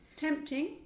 Tempting